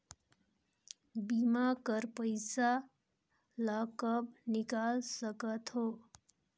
बीमा कर पइसा ला कब निकाल सकत हो?